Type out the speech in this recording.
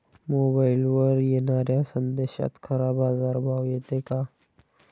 मोबाईलवर येनाऱ्या संदेशात खरा बाजारभाव येते का?